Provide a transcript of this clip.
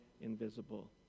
invisible